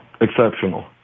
exceptional